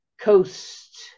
coast